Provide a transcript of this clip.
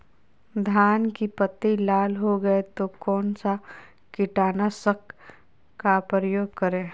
धान की पत्ती लाल हो गए तो कौन सा कीटनाशक का प्रयोग करें?